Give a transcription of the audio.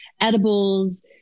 edibles